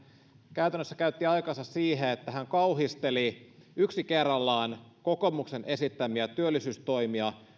käytännössä käytti aikansa siihen että hän kauhisteli yksi kerrallaan kokoomuksen esittämiä työllisyystoimia